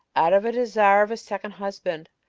out of a desire of a second husband.